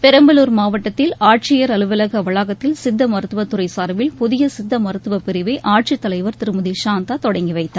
பெரம்பலூர் மாவட்டத்தில் ஆட்சியர் அலுவலக வளாகத்தில் சித்த மருத்துவத்துறை சார்பில் புதிய சித்த மருத்துவப்பிரிவை ஆட்சித்தலைவர் திருமதி சாந்தா தொடங்கிவைத்தார்